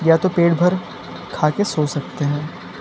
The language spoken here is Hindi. या तो पेट भर खा कर सो सकते हैं